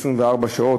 24 שעות,